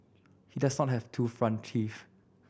he does not have two front teeth